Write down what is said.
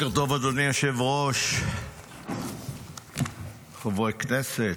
בוקר טוב, אדוני היושב-ראש, חברי הכנסת.